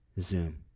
Zoom